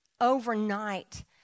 overnight